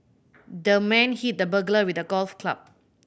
the man hit the burglar with a golf club